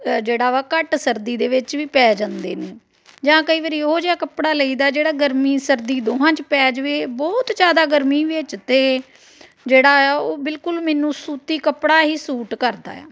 ਜਿਹੜਾ ਵਾ ਘੱਟ ਸਰਦੀ ਦੇ ਵਿੱਚ ਵੀ ਪੈ ਜਾਂਦੇ ਨੇ ਜਾਂ ਕਈ ਵਾਰੀ ਉਹ ਜਿਹਾ ਕੱਪੜਾ ਲਈਦਾ ਜਿਹੜਾ ਗਰਮੀ ਸਰਦੀ ਦੋਹਾਂ 'ਚ ਪੈ ਜਾਵੇ ਬਹੁਤ ਜ਼ਿਆਦਾ ਗਰਮੀ ਵਿੱਚ ਤਾਂ ਜਿਹੜਾ ਆ ਉਹ ਬਿਲਕੁਲ ਮੈਨੂੰ ਸੂਤੀ ਕੱਪੜਾ ਹੀ ਸੂਟ ਕਰਦਾ ਆ